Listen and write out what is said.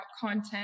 content